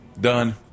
Done